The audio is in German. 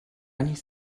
nichts